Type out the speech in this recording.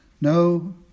No